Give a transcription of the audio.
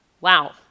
Wow